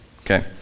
Okay